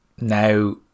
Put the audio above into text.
now